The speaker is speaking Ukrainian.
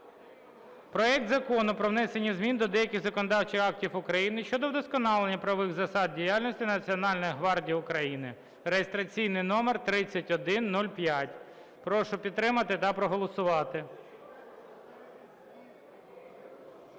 Проект Закону про внесення змін до деяких законодавчих актів України щодо вдосконалення правових засад діяльності Національної гвардії України, (реєстраційний номер 3105). Прошу підтримати та проголосувати.